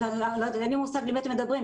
אין לי מושג למי אתם מדברים,